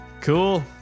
Cool